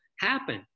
happen